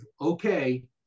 okay